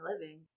living